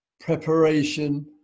preparation